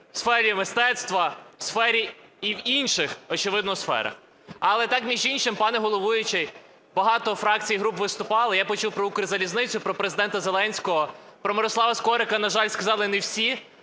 в сфері мистецтва і в інших, очевидно, сферах. Але так, між іншим, пане головуючий, багато фракцій і груп виступали, я почув про Укрзалізницю, про Президента Зеленського, про Мирослава Скорика, на жаль, сказали не всі.